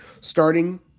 starting